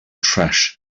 trash